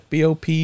BOP